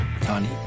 Tony